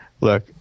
Look